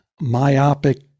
myopic